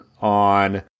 on